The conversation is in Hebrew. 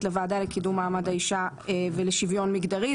לוועדה לקידום מעמד האישה ולשוויון מגדרי,